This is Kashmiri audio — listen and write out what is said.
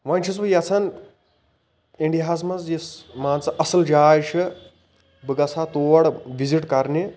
ونۍ چھُس بہٕ یَژھان انڈیاہَس مَنٛز مان ژٕ یۄس اصل جاے چھِ بہٕ گَژھٕ ہہَ تور وِزِٹ کَرنہِ